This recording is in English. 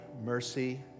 mercy